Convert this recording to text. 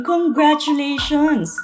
Congratulations